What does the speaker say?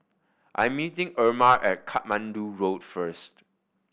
I'm meeting Irma at Katmandu Road first